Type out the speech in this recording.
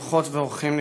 אורחות ואורחים נכבדים,